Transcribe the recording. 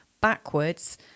backwards